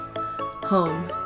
Home